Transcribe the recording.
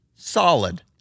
Solid